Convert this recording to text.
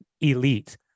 elite